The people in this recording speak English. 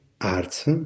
arts